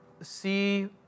see